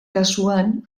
kasuan